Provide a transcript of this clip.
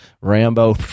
Rambo